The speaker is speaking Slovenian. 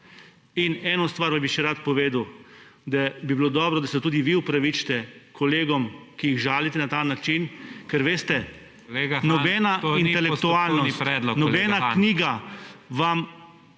In eno stvar vam bi še rad povedal, da bi bilo dobro, da se tudi vi opravičite kolegom, ki jih žalite na ta način, ker nobena intelektualnost, … **PREDSEDNIK